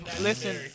Listen